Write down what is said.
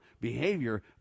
behavior